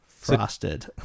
frosted